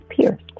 pierced